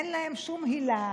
אין להם שום הילה,